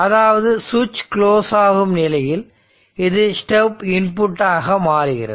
அதாவது சுவிட்ச் குளோஸ் ஆகும் நிலையில் இது ஸ்டெப் இன்புட் ஆக மாறுகிறது